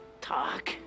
talk